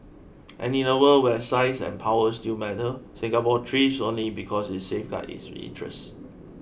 and in a world where size and power still matter Singapore thrives only because it safeguards its interests